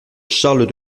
charles